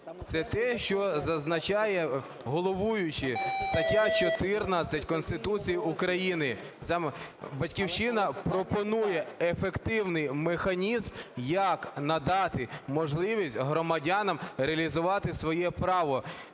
Це те, що зазначає головуючий, стаття 14 Конституції України. "Батьківщина" пропонує ефективний механізм як надати можливість громадянам реалізувати своє право